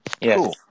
Yes